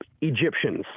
egyptians